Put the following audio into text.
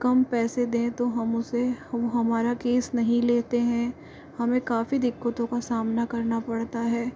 कम पैसे दें तो हम उसे वो हमारा केस नहीं लेते हैं हमें काफ़ी दिक्कतों का सामना करना पड़ता है